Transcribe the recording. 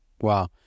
Wow